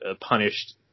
punished